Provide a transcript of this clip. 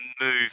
move